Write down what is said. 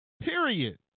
Period